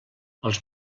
els